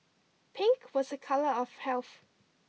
pink was a colour of health